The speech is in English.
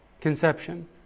conception